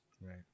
Right